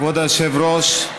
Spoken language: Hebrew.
כבוד היושב-ראש,